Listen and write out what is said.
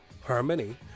harmony